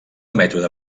mètode